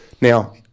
Now